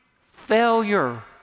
failure